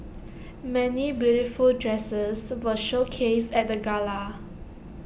many beautiful dresses were showcased at the gala